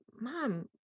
mom